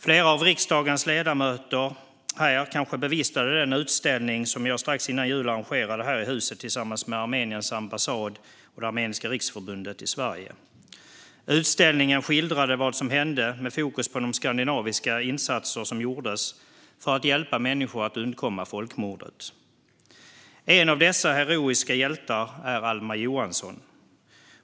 Flera av riksdagens ledamöter här kanske bevistade den utställning som jag strax före jul arrangerade här i huset tillsammans med Armeniens ambassad och Armeniska riksförbundet i Sverige. Utställningen skildrade vad som hände med fokus på de skandinaviska insatser som gjordes för att hjälpa människor att undkomma folkmordet. En av dessa heroiska hjältar är Alma Johansson.